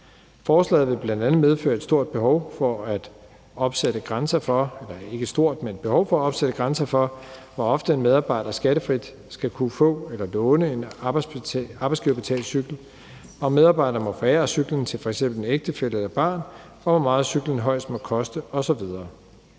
Forslaget vil bl.a. medføre et behov for at opsætte grænser for, hvor ofte en medarbejder skattefrit skal kunne få eller låne en arbejdsgiverbetalt cykel, om medarbejderen må forære cyklen til f.eks. en ægtefælle eller et barn, og hvor meget cyklen højst må koste osv.